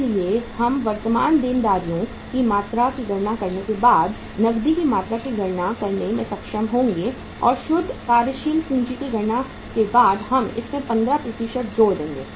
इसलिए हम वर्तमान देनदारियों की मात्रा की गणना करने के बाद नकदी की मात्रा की गणना करने में सक्षम होंगे और शुद्ध कार्यशील पूंजी की गणना के बाद हम उसमें 15 जोड़ देंगे